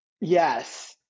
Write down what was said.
Yes